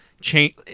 change